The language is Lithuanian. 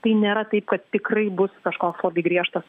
tai nėra taip kad tikrai bus kažkoks labai griežtas